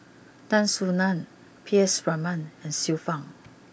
Tan Soo Nan P S Raman and Xiu Fang